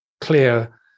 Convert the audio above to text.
clear